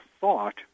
thought